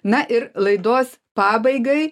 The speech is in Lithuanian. na ir laidos pabaigai